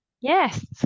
Yes